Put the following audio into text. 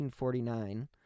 1949